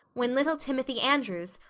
when little timothy andrews,